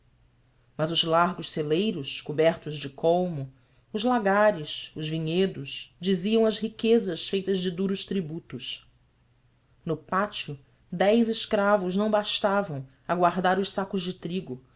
mas os largos celeiros cobertos de colmo os lagares os vinhedos diziam as riquezas feitas de duros tributos no pátio dez escravos não bastavam a guardar os sacos de trigo